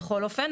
בכל אופן,